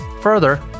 Further